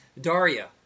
Daria